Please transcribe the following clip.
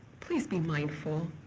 please be mindful.